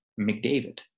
McDavid